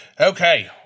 okay